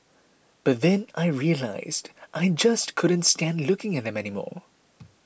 but then I realised I just couldn't stand looking at them anymore